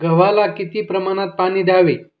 गव्हाला किती प्रमाणात पाणी द्यावे?